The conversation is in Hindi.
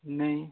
नहीं